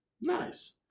Nice